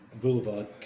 Boulevard